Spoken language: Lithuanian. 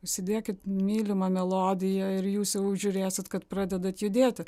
įsidėkit mylimą melodiją ir jūs jau žiūrėsit kad pradedate judėti